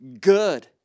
good